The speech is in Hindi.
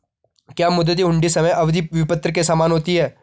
क्या मुद्दती हुंडी समय अवधि विपत्र के समान होती है?